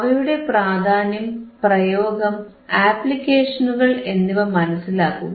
അവയുടെ പ്രാധാന്യം പ്രയോഗം ആപ്ലിക്കേഷനുകൾ എന്നിവ മനസിലാക്കുക